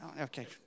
Okay